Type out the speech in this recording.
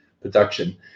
production